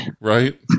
Right